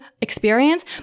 experience